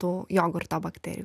tų jogurto bakterijų